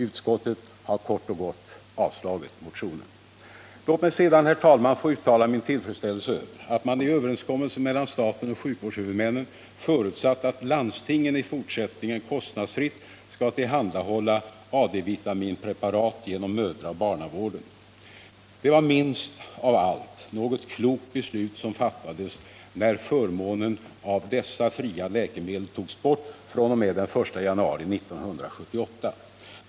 Utskottet har kort och Låt mig sedan, herr talman, få uttala min tillfredsställelse över att man i överenskommelsen mellan staten och sjukvårdshuvudmännen förutsatt att landstingen i fortsättningen kostnadsfritt skall tillhandahålla AD-vitaminpreparat genom mödraoch barnavården. Det var minst av allt något klokt beslut som fattades när förmånen av dessa fria läkemedel togs bort fr.o.m. den 1 januari 1978.